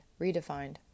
redefined